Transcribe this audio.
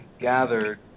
gathered